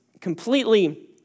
completely